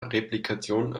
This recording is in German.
replikation